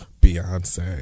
beyonce